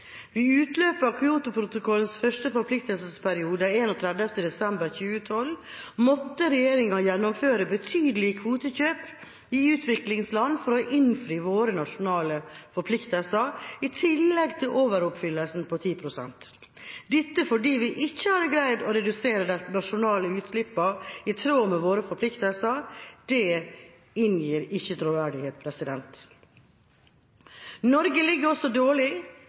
Ved utløpet av Kyotoprotokollens første forpliktelsesperiode, 31. desember 2012, måtte regjeringa gjennomføre betydelige kvotekjøp i utviklingsland for å innfri våre nasjonale forpliktelser, i tillegg til overoppfyllelsen på 10 pst. Dette var fordi vi ikke hadde greid å redusere de nasjonale utslippene i tråd med våre forpliktelser. Det inngir ikke troverdighet. Norge ligger også dårlig